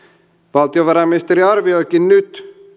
valtiovarainministeriö arvioikin nyt